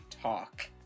talk